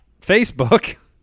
Facebook